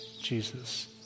Jesus